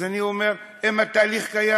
אז אני אומר: אם התהליך קיים,